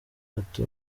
ati